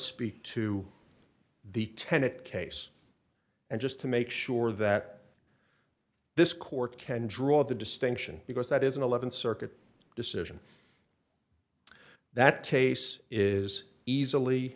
speak to the tenet case and just to make sure that this court can draw the distinction because that is an th circuit decision that case is easily